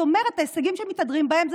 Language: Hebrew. זאת אומרת שההישגים שמתהדרים בהם אלה